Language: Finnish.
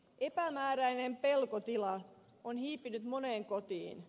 epämääräinen pelkotila on hiipinyt moneen kotiin